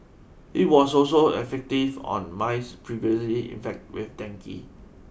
it was also effective on mice previously infected with dengue